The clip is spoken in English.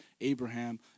Abraham